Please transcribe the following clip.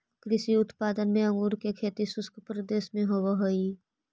कृषि उत्पाद में अंगूर के खेती शुष्क प्रदेश में होवऽ हइ